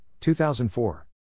2004